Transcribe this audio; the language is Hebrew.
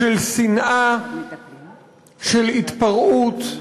של שנאה, של התפרעות,